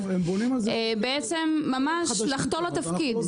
בעצם ממש לחטוא לתפקיד.